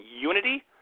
unity